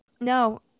No